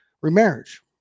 remarriage